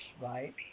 right